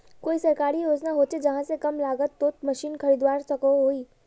कोई सरकारी योजना होचे जहा से कम लागत तोत मशीन खरीदवार सकोहो ही?